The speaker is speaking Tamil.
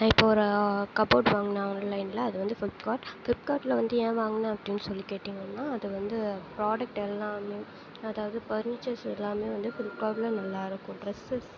நான் இப்போது ஒரு கபோர்டு வாங்கினேன் ஆன்லைனில் அது வந்து ஃப்ளிப்கார்ட் ஃப்ளிப்கார்ட்டில் வந்து ஏன் வாங்கினேன் அப்படின் சொல்லி கேட்டிங்கன்னால் அது வந்து ப்ராடெக்ட் எல்லாமே அதாவது பர்னிச்சர் எல்லாமே வந்து ஃப்ளிப்கார்ட்ல நல்லாயிருக்கும் ட்ரெஸ்சஸ்